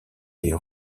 les